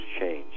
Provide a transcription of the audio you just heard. change